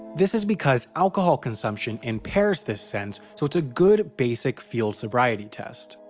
this is because alcohol consumption impairs this sense so it's a good basic field sobriety test.